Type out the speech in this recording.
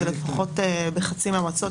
זה לפחות בחצי מהמועצות,